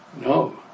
No